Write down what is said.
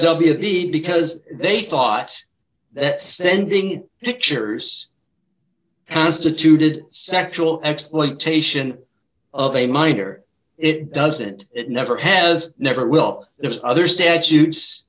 b because they thought that sending pictures constituted sexual exploitation of a minor it doesn't it never has never will there's other statutes